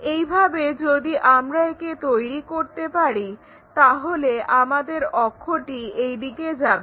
এইভাবে যদি আমরা একে তৈরি করতে পারি তাহলে আমাদের অক্ষটি এই দিকে যাবে